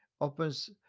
opens